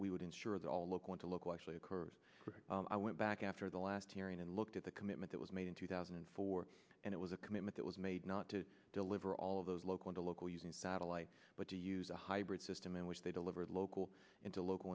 we would ensure that all of going to local actually occurs and i went back after the last hearing and looked at the commitment that was made in two thousand and four and it was a commitment that was made not to deliver all of those local to local using satellite but to use a hybrid system in which they delivered local into local